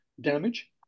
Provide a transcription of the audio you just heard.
damage